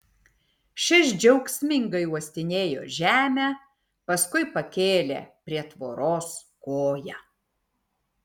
šis džiaugsmingai uostinėjo žemę paskui pakėlė prie tvoros koją